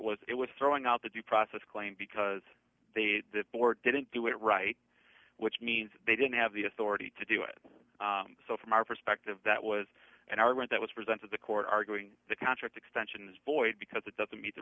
it was throwing out the due process claim because they the board didn't do it right which means they didn't have the authority to do it so from our perspective that was an argument that was presented the court arguing the contract extension is void because it doesn't meet the